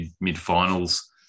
mid-finals